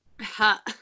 Ha